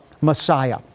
Messiah